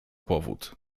powód